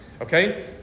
okay